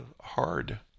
hard